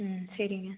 ம் சரிங்க